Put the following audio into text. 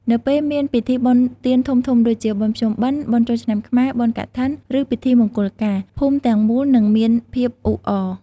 នៅពេលមានពិធីបុណ្យទានធំៗដូចជា បុណ្យភ្ជុំបិណ្ឌ បុណ្យចូលឆ្នាំខ្មែរ បុណ្យកឋិន ឬពិធីមង្គលការ ភូមិទាំងមូលនឹងមានភាពអ៊ូអរ ។